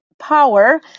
power